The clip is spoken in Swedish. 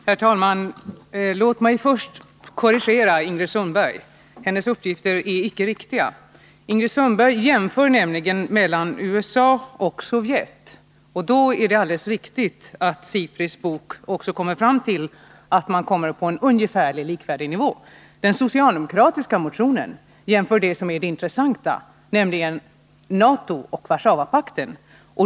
Herr talman! Låt mig först korrigera Ingrid Sundberg. Hon jämför USA med Sovjet, och då är det alldeles riktigt att SIPRI:s årsbok kommer fram till en ungefär likvärdig nivå. Den socialdemokratiska motionen tar emellertid upp den jämförelse som är den intressanta, nämligen den mellan NATO och Warszawapakten.